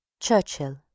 Churchill